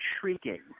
shrieking